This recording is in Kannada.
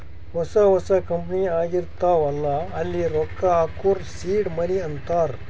ಹೊಸಾ ಹೊಸಾ ಕಂಪನಿ ಆಗಿರ್ತಾವ್ ಅಲ್ಲಾ ಅಲ್ಲಿ ರೊಕ್ಕಾ ಹಾಕೂರ್ ಸೀಡ್ ಮನಿ ಅಂತಾರ